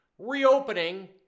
Reopening